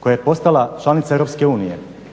koja je postala članica EU